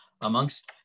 amongst